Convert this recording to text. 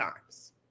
times